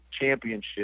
championship